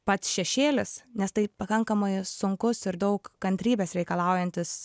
pats šešėlis nes tai pakankamai sunkus ir daug kantrybės reikalaujantis